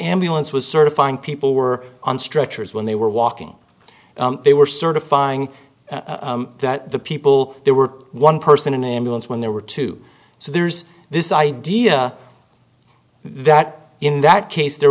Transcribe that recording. ambulance was sort of fine people were on stretchers when they were walking they were certifying that the people there were one person in a ambulance when there were two so there's this idea that in that case there